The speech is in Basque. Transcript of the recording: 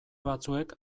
batzuek